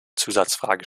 zusatzfrage